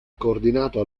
coordinato